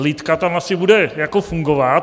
Lidka tam asi bude jako fungovat.